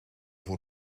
voor